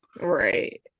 right